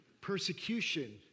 persecution